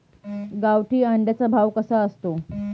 गावठी अंड्याचा भाव कसा असतो?